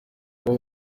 kuba